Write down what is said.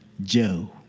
Joe